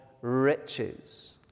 riches